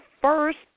first